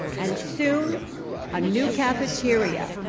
and so a new cafeteria.